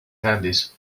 candies